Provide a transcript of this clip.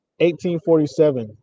1847